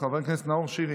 חבר הכנסת נאור שירי,